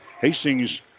Hastings